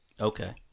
okay